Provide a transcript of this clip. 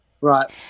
Right